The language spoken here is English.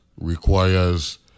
requires